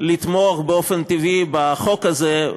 לתמוך באופן טבעי בחוק הזה,